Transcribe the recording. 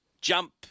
jump